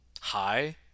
hi